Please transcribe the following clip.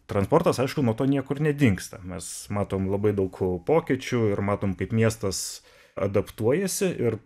transportas aišku nuo to niekur nedingsta mes matom labai daug pokyčių ir matom kaip miestas adaptuojasi ir